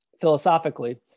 philosophically